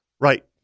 Right